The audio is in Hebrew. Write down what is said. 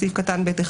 בסעיף קטן (ב1),